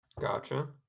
gotcha